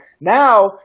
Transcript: now